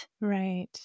right